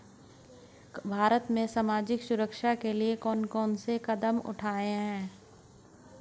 भारत में सामाजिक सुरक्षा के लिए कौन कौन से कदम उठाये हैं?